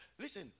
listen